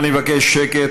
אני מבקש שקט.